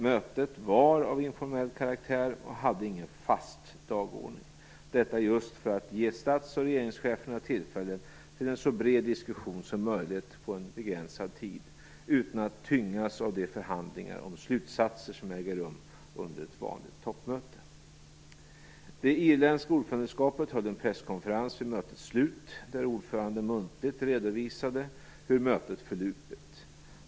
Mötet var av informell karaktär och hade ingen fast dagordning - detta just för att ge statsoch regeringscheferna tillfälle till en så bred diskussion som möjligt på en begränsad tid utan att tyngas av de förhandlingar om slutsatser som äger rum under ett vanligt toppmöte. Det irländska ordförandeskapet höll en presskonferens vid mötets slut, där ordföranden muntligt redovisade hur mötet förlupit.